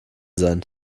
sein